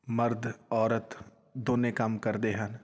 ਮਰਦ ਔਰਤ ਦੋਨੇ ਕੰਮ ਕਰਦੇ ਹਨ